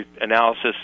analysis